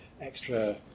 extra